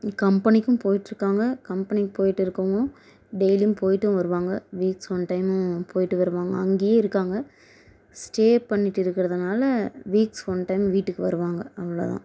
கம்பெனிக்கும் போய்ட்டு இருக்காங்க கம்பெனிக்கு போய்ட்டு இருக்கறவங்களும் டெய்லியும் போய்ட்டும் வருவாங்க வீக்ஸ் ஒன் டைமும் போய்ட்டு வருவாங்க அங்கேயே இருக்காங்க ஸ்டே பண்ணிவிட்டு இருக்கிறதுனால வீக்ஸ் ஒன் டைம் வீட்டுக்கு வருவாங்க அவ்வளோ தான்